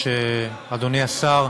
היושב-ראש, תודה רבה, אדוני השר,